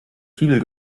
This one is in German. fibel